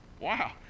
Wow